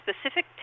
specific